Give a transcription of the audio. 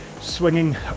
swinging